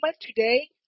today